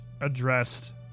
addressed